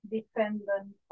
dependent